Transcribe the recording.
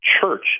church